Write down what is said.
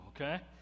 okay